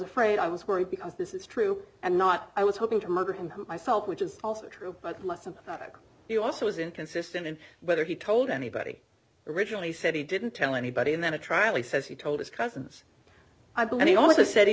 afraid i was worried because this is true and not i was hoping to murder him myself which is also true but you also is inconsistent in whether he told anybody originally said he didn't tell anybody and then a trial he says he told his cousins i believe he also said he